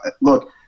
look